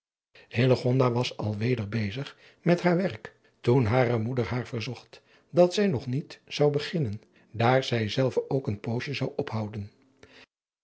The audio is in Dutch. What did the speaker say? was al weder bezig met haar werk toen hare moeder haar verzocht dat zij nog niet zou beginnen daar zij zelve ook een poosje zou ophouden